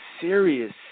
serious